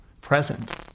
present